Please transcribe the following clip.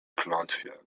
klątwie